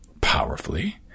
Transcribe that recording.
powerfully